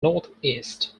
northeast